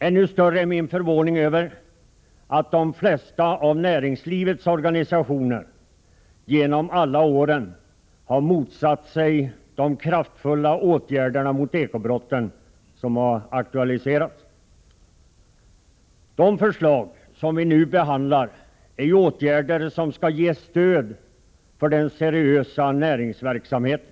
Ännu större är min förvåning över att de flesta av näringslivets organisationer genom alla år har motsatt sig de kraftfulla åtgärder mot eko-brotten som aktualiserats. De förslag som vi nu behandlar är åtgärder som skall ge stöd för den seriösa näringsverksamheten.